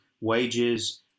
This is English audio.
wages